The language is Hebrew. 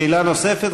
שאלה נוספת.